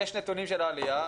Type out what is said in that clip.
יש נתונים של העלייה,